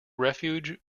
refuge